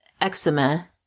eczema